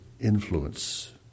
influence